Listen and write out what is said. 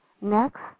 Next